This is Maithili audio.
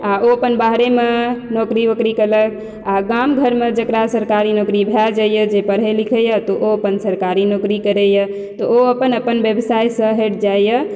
आ ओ अपन बाहरेमे नौकरी वौकरी केलक आ गाम घरमे जेकरा सरकारी नौकरी भए जाइया जे पढ़ै लिखैया तऽ ओ अपन सरकारी नौकरी करैया तऽ ओ अपन अपन व्यवसाय सँ हटि जाइया